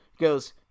goes